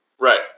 Right